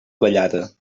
vallada